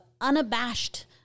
unabashed